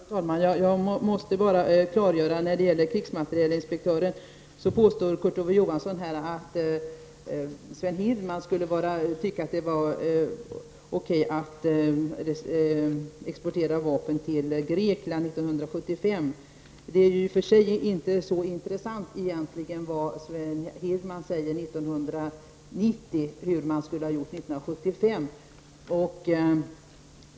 Herr talman! Jag måste bara göra ett klarläggande när det gäller krigsmaterielinspektören. Kurt Ove Johansson påstår att Sven Hirdman skulle tycka att det var okej att exportera vapen till Grekland 1975. Det är ju i och för sig inte så intressant vad Sven Hirdman säger 1990 om hur man skulle ha gjort 1975.